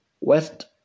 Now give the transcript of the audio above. West